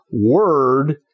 word